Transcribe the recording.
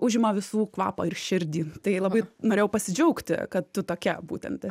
užima visų kvapą ir širdį tai labai norėjau pasidžiaugti kad tu tokia būtent